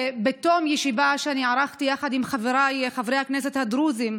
בתום ישיבה שאני ערכתי יחד עם חבריי חברי הכנסת הדרוזים,